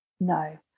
No